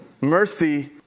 Mercy